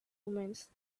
omens